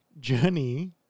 Journey